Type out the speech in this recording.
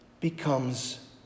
becomes